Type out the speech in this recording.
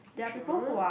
true